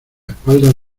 espaldas